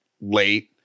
late